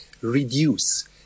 reduce